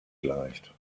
gleicht